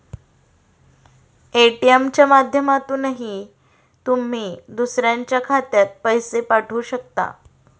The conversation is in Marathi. ए.टी.एम च्या माध्यमातूनही तुम्ही दुसऱ्याच्या खात्यात पैसे पाठवू शकता